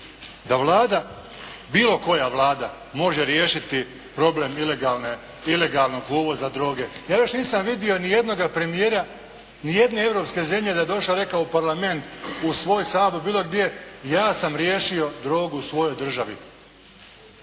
da Vlada, bilo koja Vlada može riješiti problem ilegalnog uvoza droge. Ja još nisam vidio ni jednoga premijera ni jedne europske zemlje da je došao i rekao u Parlament, u svoj Sabor, bilo gdje, ja sam riješio drogu u svojoj državi.